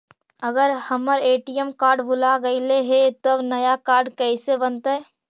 अगर हमर ATM card भुला गैलै हे तब नया काड कइसे बनतै?